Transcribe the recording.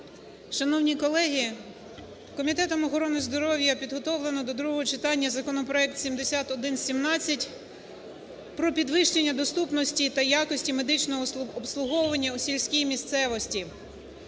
Шановні колеги! Комітетом охорони здоров'я підготовлено до другого читання законопроект 7117 про підвищення доступності та якості медичного обслуговування у сільській місцевості.